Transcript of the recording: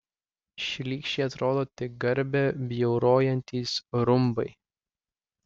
šlykščiai atrodo tik garbę bjaurojantys rumbai